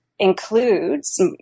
includes